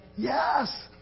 Yes